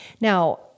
Now